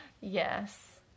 Yes